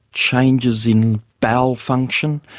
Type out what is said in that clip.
changes in bowel function,